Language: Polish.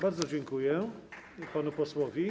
Bardzo dziękuję panu posłowi.